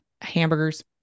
hamburgers